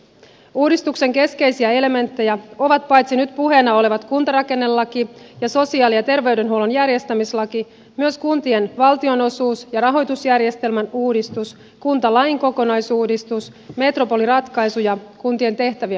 uudistuksen keskeisiä elementtejä ovat paitsi nyt puheena olevat kuntarakennelaki ja sosiaali ja terveydenhuollon järjestämislaki myös kuntien valtinosuus ja rahoitusjärjestelmän uudistus kuntalain kokonaisuudistus metropoliratkaisu ja kuntien tehtävien arviointi